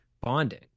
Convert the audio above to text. bonding